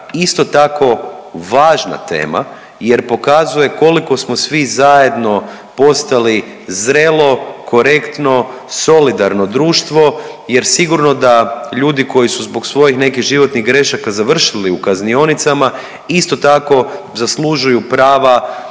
isto tako važna tema jer pokazuje koliko smo svi zajedno postali zrelo, korektno, solidarno društvo jer sigurno da ljudi koji su zbog svojih nekih životnih grešaka završili u kaznionicama isto tako zaslužuju prava